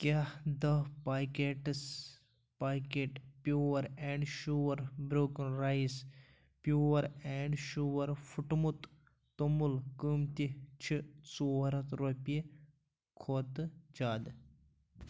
کیٛاہ دَہ packets packet pure and sure broken rice pure and sure پھُٹمُت توٚمُل قۭمتہِ چھِ ژور ہَتھ رۄپیہِ کھۄتہٕ زیادٕ